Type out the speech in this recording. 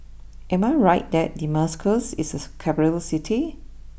am I right that Damascus is a capital City